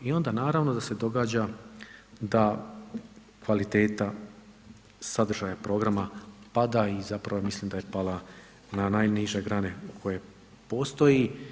I onda naravno da se događa da kvaliteta sadržaja programa pada i zapravo mislim da je pala na najniže grane koje postoji.